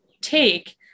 take